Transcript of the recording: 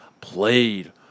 played